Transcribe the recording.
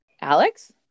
Alex